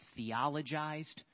theologized